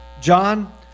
John